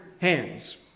hands